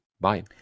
Bye